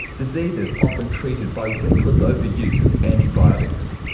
diseases often treated by reckless overuse of antibiotics.